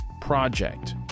Project